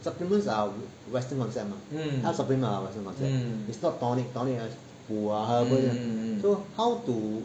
supplements are western concept most supplements are western concept is not tonic tonic ah 补 ah so how to